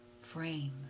frame